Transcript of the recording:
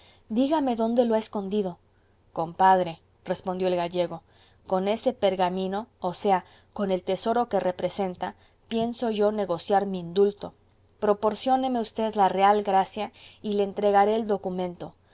dígame dónde lo ha escondido compadre respondió el gallego con ese pergamino o sea con el tesoro que representa pienso yo negociar mi indulto proporcióneme usted la real gracia y le entregaré el documento